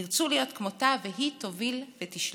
ירצו להיות כמותה, והיא תוביל ותשלוט,